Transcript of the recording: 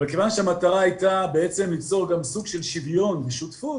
אבל כיוון שהמטרה הייתה בעצם ליצור גם סוג של שוויון ושותפות,